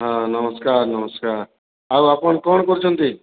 ହଁ ନମସ୍କାର ନମସ୍କାର ଆଉ ଆପଣ କ'ଣ କରୁଛନ୍ତି